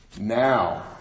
Now